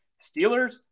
Steelers